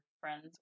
friends